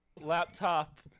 laptop